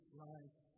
life